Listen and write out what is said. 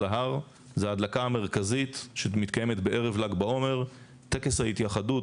ההר זה ההדלקה המרכזית שמתקיימת בערב ל"ג בעומר; טקס ההתייחדות,